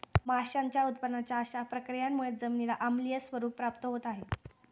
माशांच्या उत्पादनाच्या अशा प्रक्रियांमुळे जमिनीला आम्लीय स्वरूप प्राप्त होत आहे